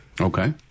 Okay